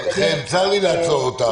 חן, צר לי לעצור אותך.